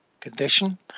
condition